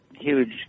Huge